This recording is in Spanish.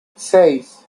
seis